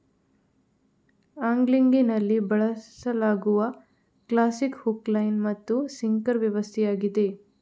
ಆಂಗ್ಲಿಂಗಿನಲ್ಲಿ ಬಳಸಲಾಗುವ classic hook, line ಮತ್ತು sinker ವ್ಯವಸ್ಥೆಯಾಗಿದೆ